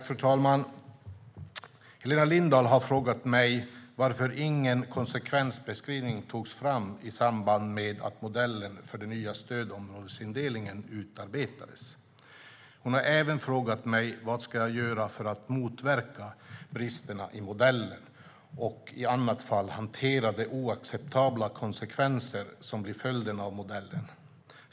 Fru talman! Helena Lindahl har frågat mig varför ingen konsekvensbeskrivning togs fram i samband med att modellen för den nya stödområdesindelningen utarbetades. Hon har även frågat mig vad jag ska göra för att motverka bristerna i modellen och i annat fall hantera de oacceptabla konsekvenserna som, enligt Helena Lindahl, blir följden av modellen.